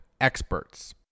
experts